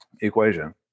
equation